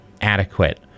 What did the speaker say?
adequate